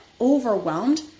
overwhelmed